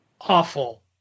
awful